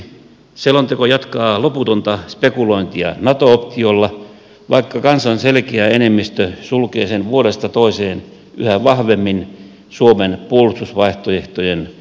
ensimmäiseksi selonteko jatkaa loputonta spekulointia nato optiolla vaikka kansan selkeä enemmistö sulkee sen vuodesta toiseen yhä vahvemmin suomen puolustusvaihtoehtojen ulkopuolelle